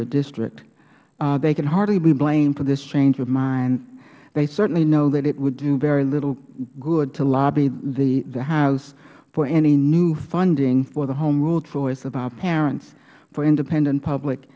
the district they can hardly be blamed for this change of mind they certainly know that it would do very little good to lobby the house for any new funding for the home rule choice of our parents for independent public